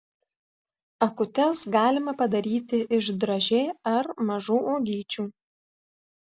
akutes galima padaryti iš dražė ar mažų uogyčių